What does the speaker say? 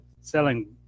selling